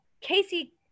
Casey